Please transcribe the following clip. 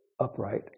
upright